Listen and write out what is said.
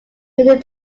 when